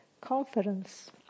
confidence